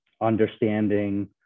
understanding